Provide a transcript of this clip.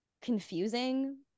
confusing